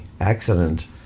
accident